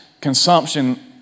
consumption